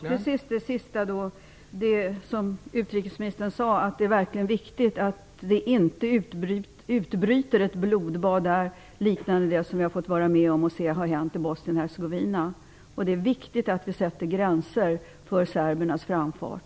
Fru talman! Som utrikesministern sade är det verkligen viktigt att det inte utbryter ett blodbad liknande det som vi har sett hända i Bosnien Hercegovina. Det är viktigt att vi sätter gränser för serbernas framfart.